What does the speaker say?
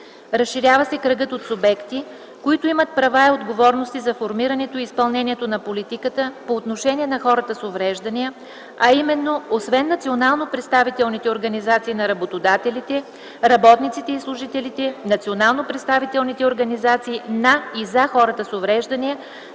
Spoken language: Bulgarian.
Разширява се кръгът от субекти, които имат права и отговорности за формирането и изпълнението на политиката по отношение на хората с увреждания, а именно освен национално представителните организации на работодателите, работниците и служителите, национално представителните организации на и за хората с увреждания